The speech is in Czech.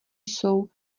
jsou